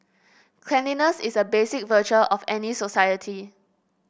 cleanliness is a basic virtue of any society